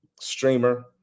streamer